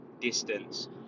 distance